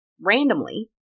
randomly